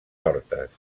hortes